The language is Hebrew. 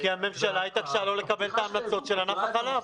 כי הממשלה התעקשה לא לקבל את ההמלצות של ענף החלב.